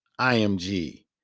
IMG